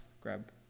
grab